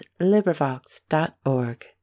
LibriVox.org